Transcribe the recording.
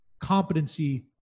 competency